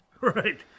Right